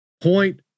point